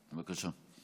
בבקשה.